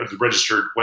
registered